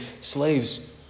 slaves